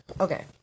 okay